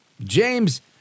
James